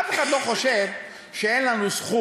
אף אחד לא חושב שאין לנו זכות